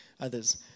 others